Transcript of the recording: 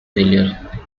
failure